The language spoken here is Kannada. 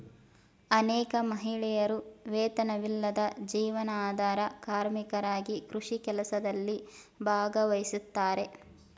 ಅನೇಕ ಮಹಿಳೆಯರು ವೇತನವಿಲ್ಲದ ಜೀವನಾಧಾರ ಕಾರ್ಮಿಕರಾಗಿ ಕೃಷಿ ಕೆಲಸದಲ್ಲಿ ಭಾಗವಹಿಸ್ತಾರೆ